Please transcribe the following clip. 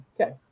okay